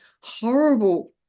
horrible